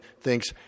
thinks